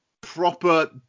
proper